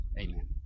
Amen